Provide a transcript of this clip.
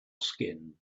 skin